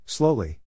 Slowly